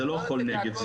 זה לא חול נגב.